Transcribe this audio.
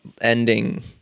ending